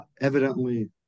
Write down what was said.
evidently